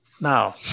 Now